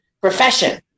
profession